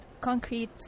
concrete